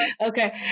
Okay